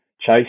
chase